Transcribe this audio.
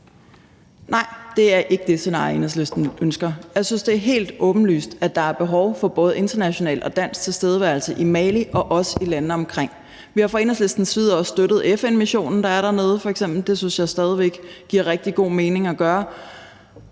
Nej, det er ikke det scenarie, Enhedslisten ønsker. Jeg synes, det er helt åbenlyst, at der er behov for både international og dansk tilstedeværelse i Mali og også i landene omkring. Vi har fra Enhedslistens side f.eks. også støttet FN-missionen, der er dernede. Det synes jeg stadig væk giver rigtig god mening at gøre,